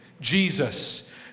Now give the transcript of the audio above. Jesus